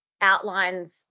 outlines